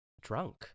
drunk